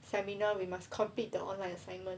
seminar we must complete the online assignment